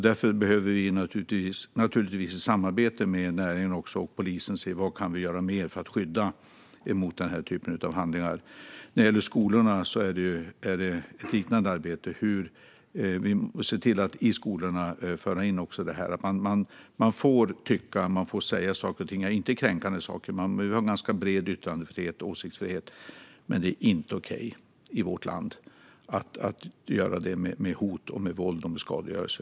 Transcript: Därför behöver vi, naturligtvis i samarbete med näringen och polisen, se vad vi kan göra mer till skydd mot denna typ av handlingar. När det gäller skolorna handlar det om ett liknande arbete, att se till att föra in just detta: Man får tycka och säga saker och ting - inte kränkande saker, men vi har en ganska bred yttrande och åsiktsfrihet - men det är inte okej i vårt land att göra det med hot, med våld och med skadegörelse.